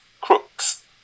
crooks